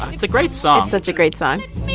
it's a great song it's such a great song it's me